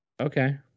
Okay